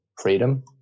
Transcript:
freedom